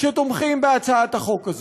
שתומכים בהצעת החוק הזאת.